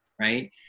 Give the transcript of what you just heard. right